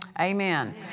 Amen